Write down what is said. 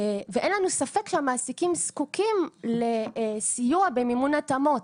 אין לנו ספק שהמעסיקים זקוקים לסיוע במימון התאמות,